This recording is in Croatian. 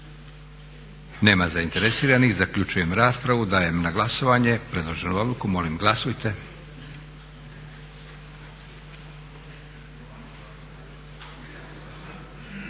Nema zainteresiranih. Zaključujem raspravu. Dajem na glasovanje predloženu odluku. Molim glasujte.